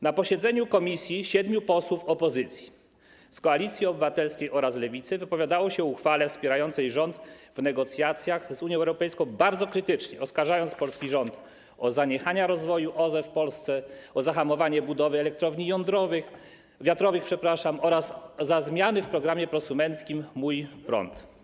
Na posiedzeniu komisji siedmiu posłów opozycji z Koalicji Obywatelskiej oraz Lewicy wypowiadało się o uchwale wspierającej rząd w negocjacjach z Unią Europejską bardzo krytycznie, oskarżając polski rząd o zaniechanie rozwoju OZE w Polsce i o zahamowanie budowy elektrowni wiatrowych oraz krytykując za zmiany w programie prosumenckim „Mój prąd”